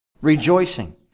rejoicing